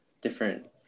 different